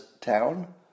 town